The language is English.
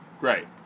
Right